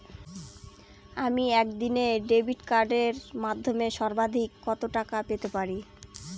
আমি একদিনে ডেবিট কার্ডের মাধ্যমে সর্বাধিক কত টাকা পেতে পারি?